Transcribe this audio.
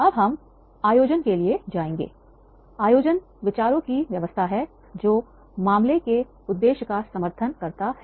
अब हम आयोजन के लिए जाएंगे आयोजन विचारों की व्यवस्था है जो मामले के उद्देश्य का समर्थन करता है